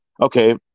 okay